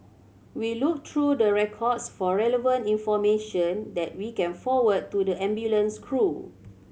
we look through the records for relevant information that we can forward to the ambulance crew